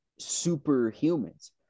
superhumans